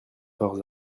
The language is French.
fort